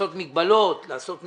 לעשות מגבלות, לעשות מדורג,